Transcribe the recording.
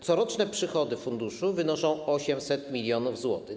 Coroczne przychody funduszu wynoszą 800 mln zł.